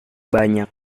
banyak